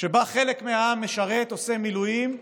שבו חלק מהעם משרת, עושה מילואים,